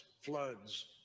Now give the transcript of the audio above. floods